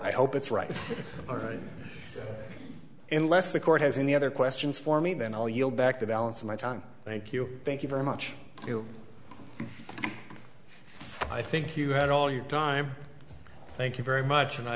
i hope it's right or right and left the court has any other questions for me then i'll yield back the balance of my time thank you thank you very much i think you had all your time thank you very much and i